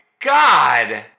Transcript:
God